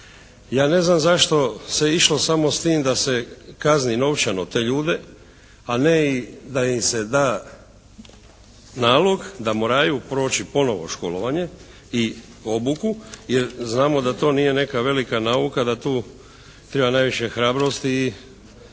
Ja ne znam zašto se išlo samo s tim da se kazni novčano te ljude, a ne i da im se da nalog da moraju proći ponovno školovanje i obuku, jer znamo da to nije neka velika nauka, da tu treba najviše hrabrosti i